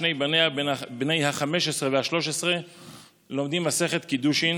שני בניה בני ה-15 וה-13 לומדים מסכת קידושין